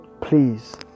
Please